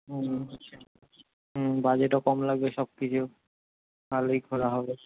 হুম আচ্ছা হুম বাজেটও কম লাগবে সব কিছু ভালোই ঘোরা হবে